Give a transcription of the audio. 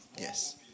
Yes